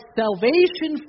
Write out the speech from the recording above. salvation